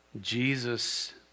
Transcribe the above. Jesus